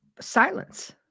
silence